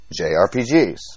JRPGs